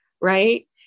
Right